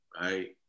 right